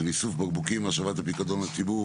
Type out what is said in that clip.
איסוף בקבוקים והשבת הפיקדון לציבור,